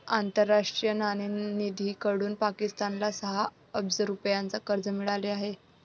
आंतरराष्ट्रीय नाणेनिधीकडून पाकिस्तानला सहा अब्ज रुपयांचे कर्ज मिळाले आहे